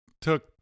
took